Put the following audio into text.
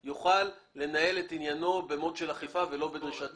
אני רוצה שיוכל לנהל את עניינו ב-mode של אכיפה ולא בדרישת תשלום.